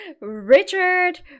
Richard